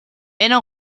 era